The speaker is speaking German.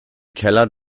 keller